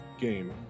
game